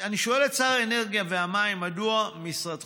אני שואל את שר האנרגיה והמים: מדוע משרדך